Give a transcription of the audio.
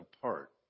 apart